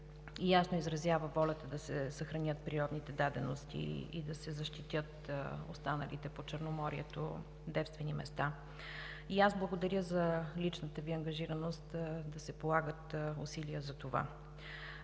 ясно изразява волята да се съхранят природните дадености и да се защитят останалите девствени места по Черноморието. Благодаря за личната Ви ангажираност да се полагат усилия за това.